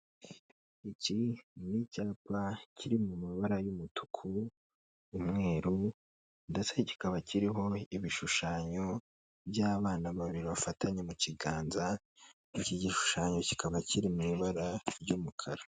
Iki ni icyapa kiri mu mabara y'umutuku n'umweru ndetse kikaba kiriho ibishushanyo by'abana babiri bafatanye mu kiganza, iki gishushanyo kikaba kiri mu ibara ry'umukara.